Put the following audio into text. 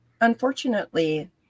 unfortunately